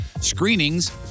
Screenings